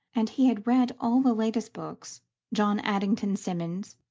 and he had read all the latest books john addington symonds,